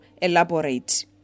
elaborate